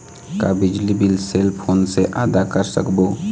का बिजली bill cell phone से आदा कर सकबो?